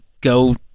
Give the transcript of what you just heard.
go